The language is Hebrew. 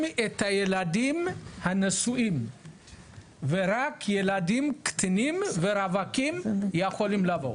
את הילדים הנשואים ורק ילדים קטינים ורווקים יכולים לבוא,